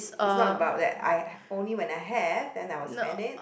it's not about that I only when I have then I'll spend it